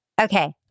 Okay